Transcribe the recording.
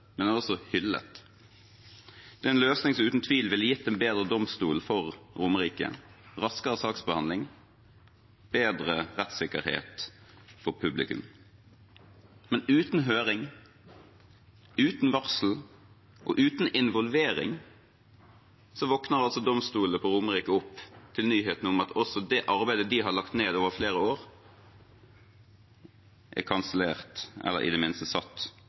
men den er også hyllet. Det er en løsning som uten tvil ville gitt en bedre domstol for Romerike, raskere saksbehandling og bedre rettssikkerhet for publikum. Men uten høring, uten varsel og uten involvering våkner altså domstolen på Romerike opp til nyheten om at det arbeidet de har lagt ned over flere år, er kansellert, eller i